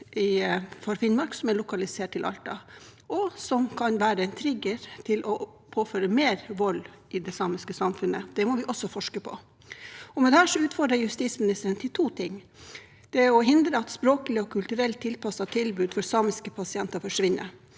for Finnmark, som er lokalisert til Alta. Det kan være en trigger til å påføre mer vold i det samiske samfunnet. Det må vi også forske på. Med dette utfordrer jeg justisministeren til to ting. Det første er å hindre at språklig og kulturelt tilpassede tilbud for samiske pasienter forsvinner.